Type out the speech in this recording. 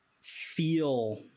feel